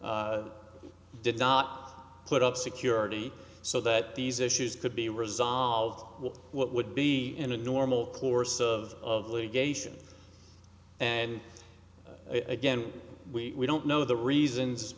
did not put up security so that these issues could be resolved what would be in a normal course of litigation and again we don't know the reasons